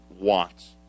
wants